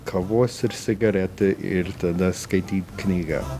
kavos ir cigaretę ir tada skaityt knygą